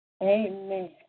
Amen